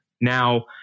Now